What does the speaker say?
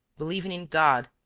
believing in god,